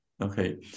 Okay